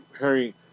Harry